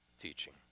teaching